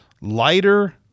Lighter